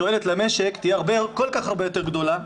התועלת למשק תהיה כל כך הרבה יותר גדולה,